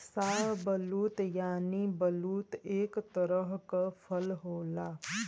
शाहबलूत यानि बलूत एक तरह क फल होला